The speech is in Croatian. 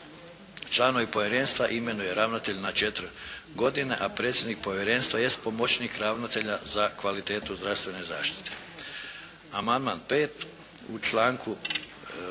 Članove Povjerenstva imenuje ravnatelj na 4 godine, a predsjednik povjerenstva jest pomoćnik ravnatelja za kvalitetu zdravstvene zaštite. Amandman 5. u članku